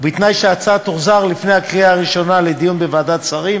ובתנאי שההצעה תוחזר לפני הקריאה הראשונה לדיון בוועדת השרים